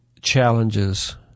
challenges